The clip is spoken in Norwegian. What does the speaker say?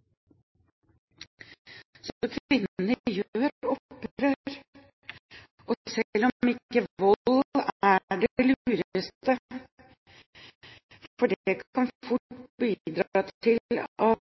så kraftig at han måtte på sykehus. Så kvinnene gjør opprør – selv om vold ikke er det lureste. Det kan fort bidra til at